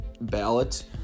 ballot